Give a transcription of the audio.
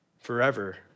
forever